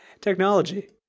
technology